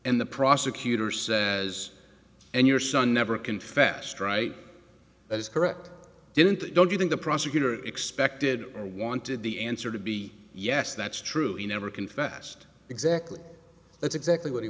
and the prosecutor says and your son never confessed right that is correct didn't don't you think the prosecutor expected or wanted the answer to be yes that's true you never confessed exactly that's exactly what he